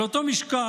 על אותו משקל,